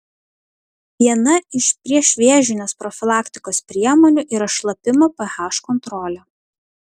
viena iš priešvėžinės profilaktikos priemonių yra šlapimo ph kontrolė